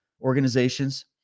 organizations